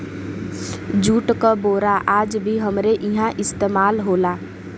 jute क बोरा आज भी हमरे इहां इस्तेमाल होला